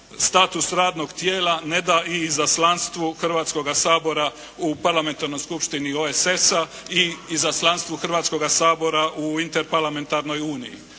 status radnog tijela neda i izaslanstvu Hrvatskoga sabora u Parlamentarnoj Skupštini OESS-a i Izaslanstvu Hrvatskoga sabora u Interparlamentarnoj uniji.